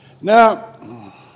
Now